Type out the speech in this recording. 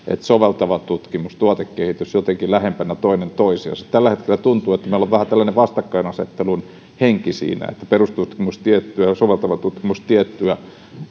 soveltava tutkimus tuotekehitys jotenkin lähempänä toinen toisiansa tällä hetkellä tuntuu että meillä on vähän tällainen vastakkainasettelun henki siinä että perustutkimus tiettyä ja soveltava tutkimus tiettyä